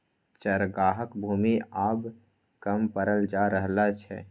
चरागाहक भूमि आब कम पड़ल जा रहल छै